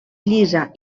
llisa